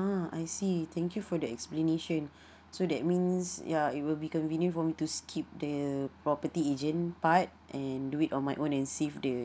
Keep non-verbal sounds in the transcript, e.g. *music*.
ah I see thank you for the explanation *breath* so that means ya it will be convenient for me to skip the property agent part and do it on my own and save the